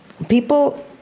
People